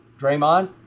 Draymond